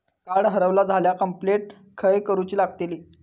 Card हरवला झाल्या complaint खय करूची लागतली?